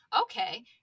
okay